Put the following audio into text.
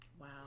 Wow